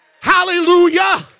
hallelujah